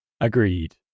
Agreed